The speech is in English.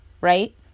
right